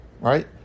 Right